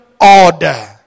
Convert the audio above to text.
order